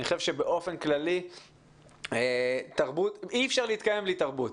אני חושב שבאופן כללי אי אפשר להתקיים בלי תרבות,